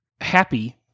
happy